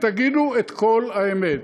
תגידו את כל האמת.